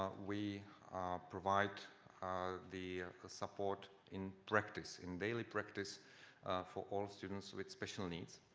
we provide um the support in practice, in daily practice for all students with special needs.